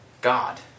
God